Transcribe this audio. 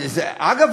אגב,